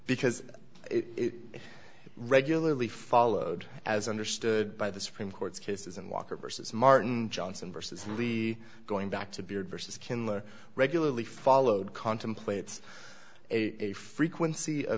because it regularly followed as understood by the supreme court's cases and walker versus martin johnson versus lee going back to beard versus kindler regularly followed contemplates a frequency of